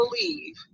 believe